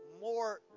more